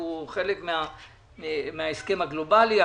אנחנו חלק מההסכם הגלובלי,